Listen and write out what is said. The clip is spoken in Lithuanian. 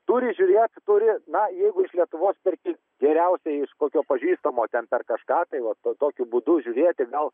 turi žiūrėt turi na jeigu iš lietuvos perki geriausiai iš kokio pažįstamo ten per kažką tai va to tokiu būdu žiūrėti gal